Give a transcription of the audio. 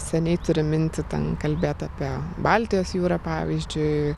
seniai turiu mintį ten kalbėt apie baltijos jūrą pavyzdžiui